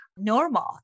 normal